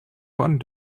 one